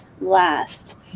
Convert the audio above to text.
last